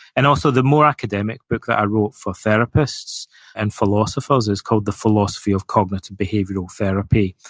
and also, the more academic book that i wrote for therapists and philosophers is called the philosophy of cognitive behavioral therapy,